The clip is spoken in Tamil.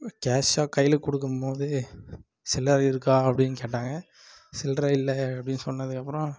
கேஷாக கையில் கொடுக்கும்போதே சில்லறை இருக்கா அப்படின்னு கேட்டாங்க சில்றை இல்லை அப்படின்னு சொன்னதுக்கப்புறம்